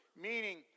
meaning